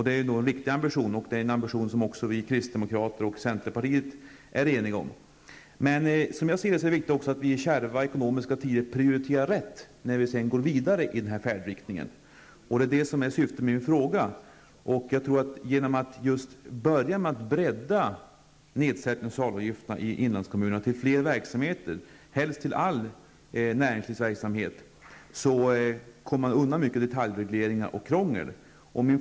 Det är en riktig ambition, och det är en ambition vi kristdemokrater och centerpartiet är eniga om. Men som jag ser det är det viktigt också att vi i kärva ekonomiska tider prioriterar rätt, när vi sedan går vidare i den här färdriktningen. Det är det som är syftet med min fråga. Genom att börja med att utvidga nedsättningen av de sociala avgifterna till att gälla fler verksamheter, helst till att gälla all näringslivsverksamhet, kommer man undan mycket av detaljregleringar och krångel.